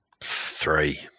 three